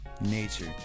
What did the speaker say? nature